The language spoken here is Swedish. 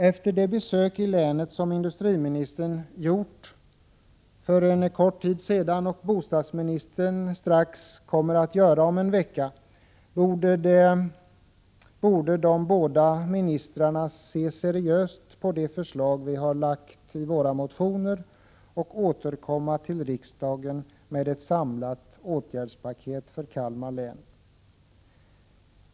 Efter de besök i länet som industriministern gjort för en kort tid sedan och som bostadsministern kommer att göra om en vecka, borde de båda ministrarna se seriöst på de förslag vi har lagt fram i motionerna och återkomma till riksdagen med ett samlat åtgärdspaket för Kalmar län.